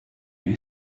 you